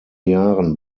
jahren